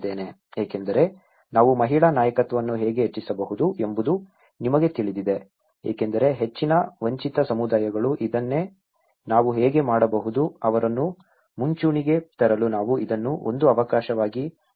ಏಕೆಂದರೆ ನಾವು ಮಹಿಳಾ ನಾಯಕತ್ವವನ್ನು ಹೇಗೆ ಹೆಚ್ಚಿಸಬಹುದು ಎಂಬುದು ನಿಮಗೆ ತಿಳಿದಿದೆ ಏಕೆಂದರೆ ಹೆಚ್ಚಿನ ವಂಚಿತ ಸಮುದಾಯಗಳು ಇದನ್ನೇ ನಾವು ಹೇಗೆ ಮಾಡಬಹುದು ಅವರನ್ನು ಮುಂಚೂಣಿಗೆ ತರಲು ನಾವು ಇದನ್ನು ಒಂದು ಅವಕಾಶವಾಗಿ ತೆಗೆದುಕೊಳ್ಳಬೇಕು